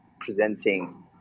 presenting